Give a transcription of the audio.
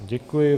Děkuji.